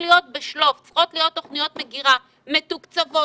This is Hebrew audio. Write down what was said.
צריכות להיות תוכניות מגירה מתוקצבות,